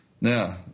Now